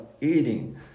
eating